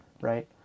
right